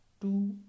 two